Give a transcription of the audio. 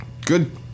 good